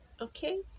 okay